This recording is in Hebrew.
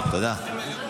תודה.